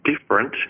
different